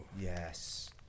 Yes